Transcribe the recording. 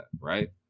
right